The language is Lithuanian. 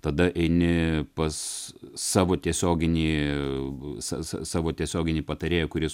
tada eini pas savo tiesioginį sa sa savo tiesioginį patarėją kuris